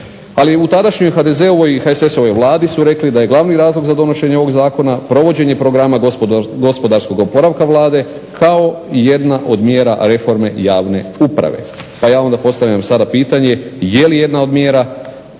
Ali u tadašnjoj HDZ-ovoj i HSS-ovoj Vladi su rekli da je glavni razlog za donošenje ovog Zakona provođenje programa gospodarskog oporavka Vlade kao i jedna od mjera reforme javne uprave. Pa ja onda postavljam sada pitanje je li jedna od mjera